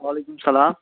وعلیکم السلام